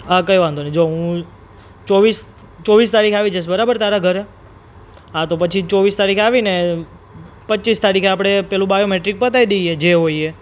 હા કઈ વાંધો નહીં તો જો હું ચોવીસ ચોવીસ તારીખે આવી જઇશ બરાબર તારા ઘરે હા તો પછી ચોવીસ તારીખે આવી ને પચીસ તારીખે આપણે પેલું બાયોમેટ્રિક પતાવી દઈએ જે હોય એ